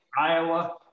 Iowa